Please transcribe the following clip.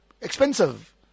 expensive